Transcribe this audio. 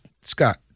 Scott